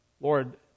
Lord